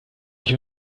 ich